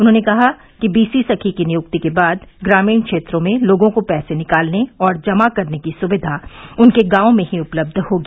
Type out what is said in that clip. उन्होंने कहा कि बीसी सखी की नियुक्ति के बाद ग्रामीण क्षेत्रों में लोगों को पैसे निकालने और जमा करने की सुविधा उनके गांव में ही उपलब्ध होगी